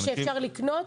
שאפשר לקנות?